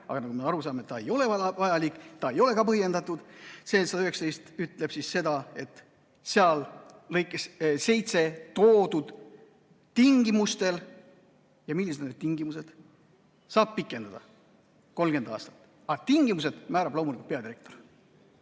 aga nagu me aru saame, ta ei ole vajalik, ta ei ole põhjendatud. See paragrahv ütleb seda, et lõikes 7 toodud tingimustel – ja millised on need tingimused – saab pikendada 30 aastaks, aga tingimused määrab loomulikult peadirektor.